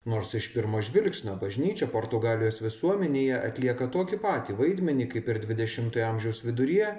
nors iš pirmo žvilgsnio bažnyčia portugalijos visuomenėje atlieka tokį patį vaidmenį kaip ir dvidešimtojo amžiaus viduryje